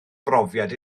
brofiad